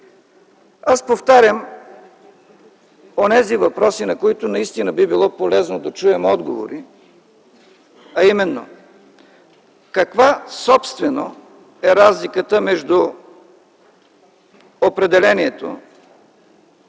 Аз повтарям онези въпроси, на които наистина би било полезно да чуем отговори, а именно: Каква собствено е разликата между определението,